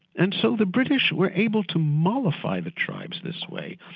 and so the british were able to mollify the tribes this way,